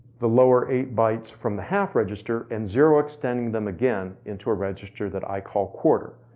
the lower eight bytes from the half register in zero extending them again into a register that i call quarter.